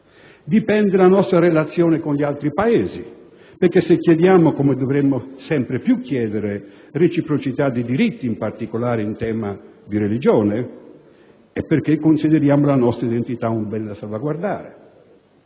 dipende la nostra relazione con gli altri Paesi, perché se chiediamo, come dovremmo sempre più chiedere, reciprocità di diritti, in particolare in tema di religione, è perché consideriamo la nostra identità un bene da salvaguardare;